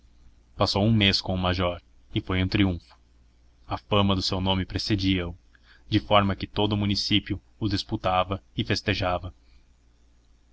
passou um mês com o major e foi um triunfo a fama do seu nome precedia o de forma que todo o município o disputava e festejava